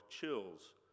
chills